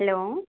hello